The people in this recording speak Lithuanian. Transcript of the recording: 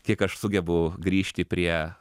kiek aš sugebu grįžti prie